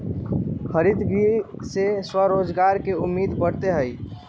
हरितगृह से स्वरोजगार के उम्मीद बढ़ते हई